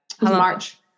March